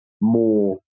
more